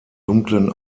dunklen